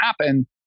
happen